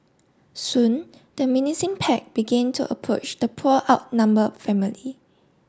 soon the menacing pack begin to approach the poor outnumbered family